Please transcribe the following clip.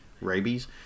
rabies